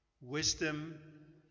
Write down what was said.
Wisdom